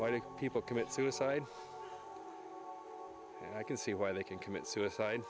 why to people commit suicide i can see why they can commit suicide